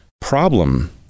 problem